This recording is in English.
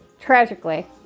tragically